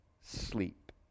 sleep